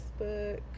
Facebook